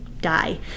die